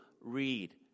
read